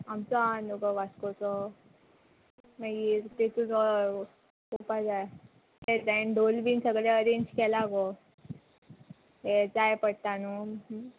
आमचो आ न्हू गो वास्कोचो मागीर तेतू जो पोवपा जाय ते जाय ढोल बीन सगळे अरेंज केला गो हे जाय पडटा न्हू